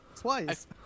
twice